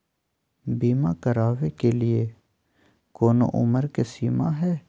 बीमा करावे के लिए कोनो उमर के सीमा है?